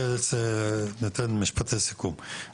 אין מה לעשות, אלה עובדות.